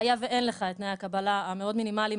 היה ואין לך את תנאי הקבלה המאוד מינימליים